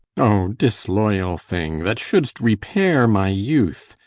o disloyal thing, that shouldst repair my youth,